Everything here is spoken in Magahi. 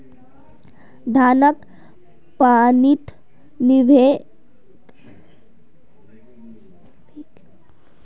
धानक पानीत भिगे चिवड़ा तैयार कराल जा छे